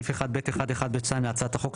בסעיף 1(ב1)(1)(ב)(2) להצעת החוק,